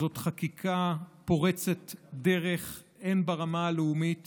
זאת חקיקה פורצת דרך הן ברמה הלאומית